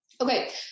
Okay